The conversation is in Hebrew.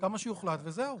כמה שיוחלט וזהו.